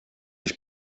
ich